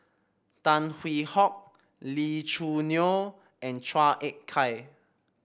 Tan Hwee Hock Lee Choo Neo and Chua Ek Kay